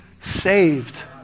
saved